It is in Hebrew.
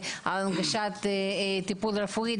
והנגשת טיפול רפואי.